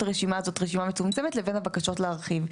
הרשימה הזאת רשימה מצומצמת לבין הבקשות להרחיב.